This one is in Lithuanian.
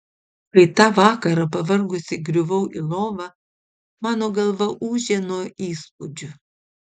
kai tą vakarą pavargusi griuvau į lovą mano galva ūžė nuo įspūdžių